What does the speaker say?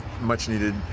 much-needed